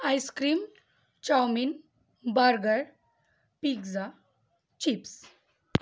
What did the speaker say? ice cream chow mein burger pizza chips